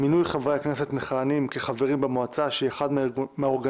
מינוי חברי כנסת מכהנים כחברים במועצה שהיא אחד מהאורגנים